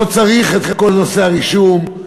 לא צריך את כל נושא הרישום,